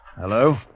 Hello